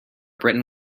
britain